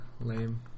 Lame